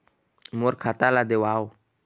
मोर खाता ला देवाव?